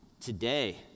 Today